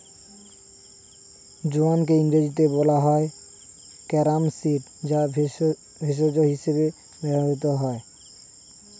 জোয়ানকে ইংরেজিতে বলা হয় ক্যারাম সিড যা ভেষজ হিসেবে ব্যবহৃত হয়